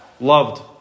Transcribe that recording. loved